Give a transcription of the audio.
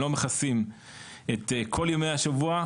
לא מכסים את כל ימי השבוע,